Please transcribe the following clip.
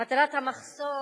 מטרת המחסום